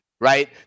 Right